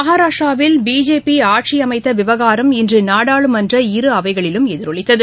மகாராஷ்டிராவில் பிஜேபி ஆட்சி அமைத்த விவகாரம் இன்று நாடாளுமன்றத்தின் இரு அவைகளிலும் எதிரொலித்தது